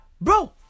bro